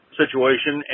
situation